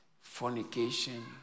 fornication